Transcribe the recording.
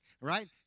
right